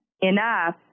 enough